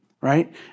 right